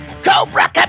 Cobra